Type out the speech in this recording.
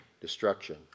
destruction